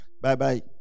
Bye-bye